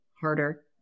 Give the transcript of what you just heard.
harder